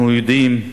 אנחנו יודעים,